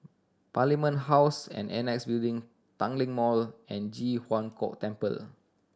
Parliament House and Annexe Building Tanglin Mall and Ji Huang Kok Temple